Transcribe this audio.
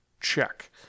Check